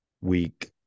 week –